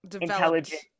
intelligent